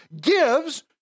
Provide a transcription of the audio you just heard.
gives